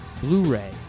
Blu-ray